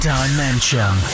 Dimension